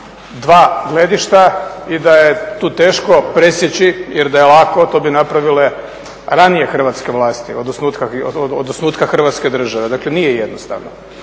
dva gledišta i da je tu teško presjeći, jer da je lako to bi napravile ranije hrvatske vlasti od osnutka Hrvatske države. Dakle, nije jednostavno.